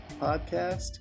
podcast